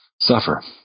suffer